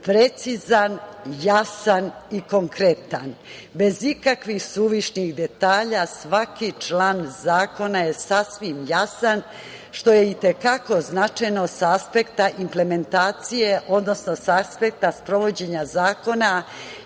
precizan, jasan i konkretan bez ikakvih suvišnih detalja svaki član zakona je sasvim jasan, što je i te kako značajno sa aspekta implementacije, odnosno sa aspekta sprovođenja zakona